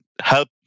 help